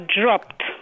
dropped